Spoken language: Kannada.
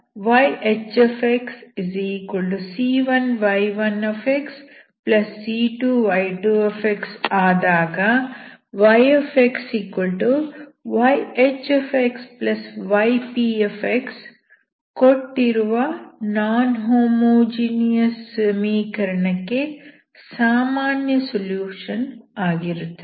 ಆದ್ದರಿಂದ yHxc1y1c2y2 ಆದಾಗ yxyHxyp ಕೊಟ್ಟಿರುವ ನಾನ್ ಹೋಮೋಜಿನಿಯಸ್ ಸಮೀಕರಣಕ್ಕೆ ಸಾಮಾನ್ಯ ಸೊಲ್ಯೂಷನ್ ಆಗಿರುತ್ತದೆ